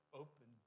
open